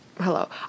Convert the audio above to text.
Hello